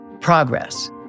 progress